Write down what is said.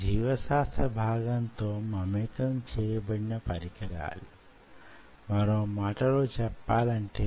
ఏదో విధమైన రూపం మీదనో ఉపరితలం మీదనో మీరు పూత పూస్తే